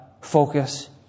focus